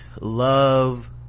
love